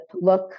look